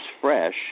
fresh